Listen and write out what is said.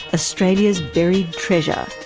ah australia's buried treasure.